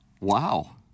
Wow